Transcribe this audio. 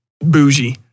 bougie